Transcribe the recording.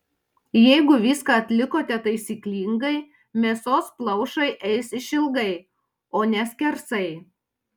jeigu viską atlikote taisyklingai mėsos plaušai eis išilgai o ne skersai